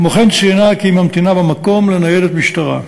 כמו כן ציינה כי היא ממתינה במקום לניידת משטרה.